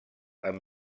amb